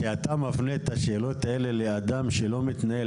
כשאתה מפנה את השאלות האלה לאדם שלא מתנהל